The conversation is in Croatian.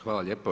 Hvala lijepo.